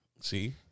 See